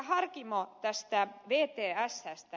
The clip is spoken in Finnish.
harkimo tästä vtsstä